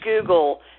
Google